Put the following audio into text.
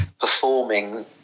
performing